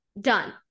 done